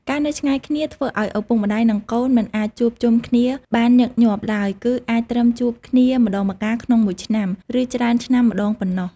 ការនៅឆ្ងាយគ្នាធ្វើឱ្យឪពុកម្ដាយ និងកូនមិនអាចជួបជុំគ្នាបានញឹកញាប់ឡើយ គឺអាចត្រឹមជួបគ្នាម្ដងម្កាលក្នុងមួយឆ្នាំ ឬច្រើនឆ្នាំម្ដងប៉ុណ្ណោះ។